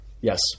Yes